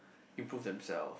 improve themselves